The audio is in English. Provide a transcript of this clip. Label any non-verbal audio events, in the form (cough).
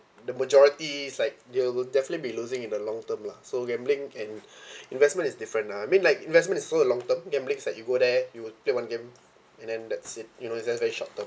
the majority is like they'll definitely be losing in the long term lah so gambling and (breath) investment is different ah I mean like investments is also a long term gambling is like you go there you would play one game and then that's it you know it's just very short term